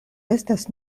estas